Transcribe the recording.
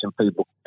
people